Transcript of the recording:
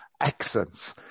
accents